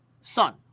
son